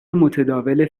متداول